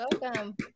welcome